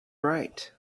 right